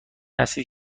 هستید